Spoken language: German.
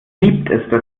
liebt